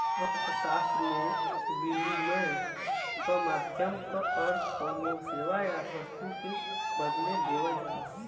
अर्थशास्त्र में, विनिमय क माध्यम क अर्थ कउनो सेवा या वस्तु के बदले देवल जाला